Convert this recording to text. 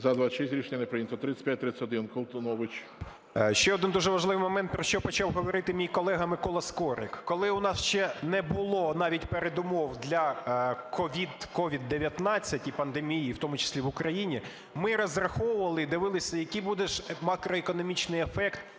За-26 Рішення не прийнято. 3531, Колтунович. 20:53:26 КОЛТУНОВИЧ О.С. Ще один дуже важливий момент, про що почав говорити мій колега Микола Скорик. Коли у нас ще не було навіть передумов для COVID-19 і пандемії, в тому числі в Україні, ми розраховували і дивились, який буде макроекономічний ефект